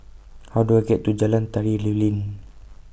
How Do I get to Jalan Tari Lilin